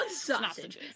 sausage